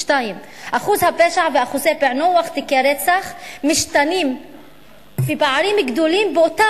2. אחוז הפשע ואחוזי פענוח תיקי רצח משתנים בפערים גדולים באותה